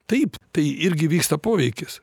taip tai irgi vyksta poveikis